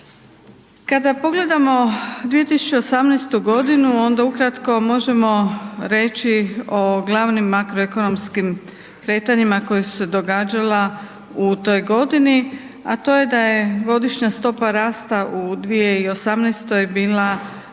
Kada pogledamo 2018.-tu godinu, onda ukratko možemo reći o glavnim makroekonomskim kretanjima koja su se događala u toj godini, a to je da je godišnja stopa rasta u 2018.-oj bila 2,6%